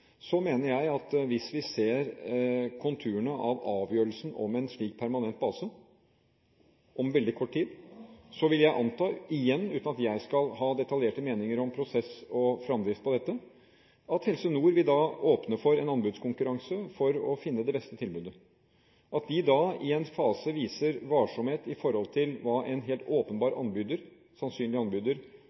Så mener jeg at hvis vi ser konturene av avgjørelsen om en slik permanent base om veldig kort tid, vil jeg anta igjen, uten at jeg skal ha detaljerte meninger om prosess og fremdrift på dette, at Helse Nord da vil åpne for en anbudskonkurranse for å finne det beste tilbudet. At de da i en fase viser varsomhet overfor hva en helt sannsynlig anbyder